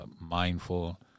mindful